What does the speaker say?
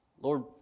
Lord